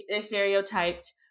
stereotyped